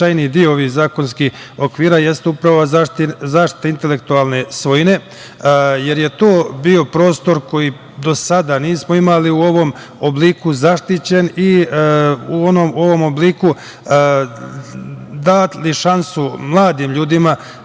deo ovih zakonskih okvira jeste upravo zaštita intelektualne svojine, jer je to bio prostor koji do nismo imali u ovom obliku zaštićen i u ovom obliku dati šansu mladim ljudima,